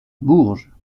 bourges